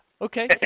Okay